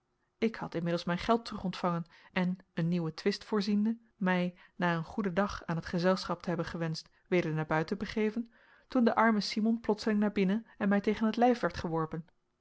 ik had inmiddels mijn geld terugontvangen en een nieuwen twist voorziende mij na een goeden dag aan t gezelschap te hebben gewenscht weder naar buiten begeven toen de arme simon plotseling naar binnen en mij tegen t lijf werd geworpen